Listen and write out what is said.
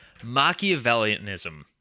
Machiavellianism